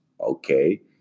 okay